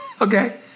okay